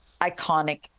iconic